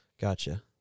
Gotcha